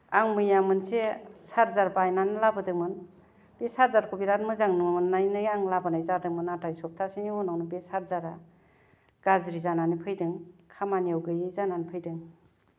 आं मैया मोनसे चारजार बायनानै लाबोदोंमोन बे चारजारखौ बेराद मोजां मोननानै आं लाबोनाय जादोंमोन नाथाइ सप्ताहसेनि उनवनो बे चारजारा गाज्रि जानानै फैदों खामानियाव गैयै जानानै फैदों